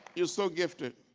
you're so gifted.